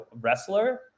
wrestler